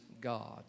God